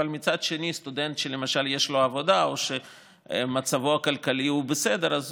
אבל מצד שני סטודנט שלמשל יש לו עבודה או שמצבו הכלכלי הוא בסדר אז